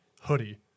hoodie